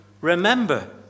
remember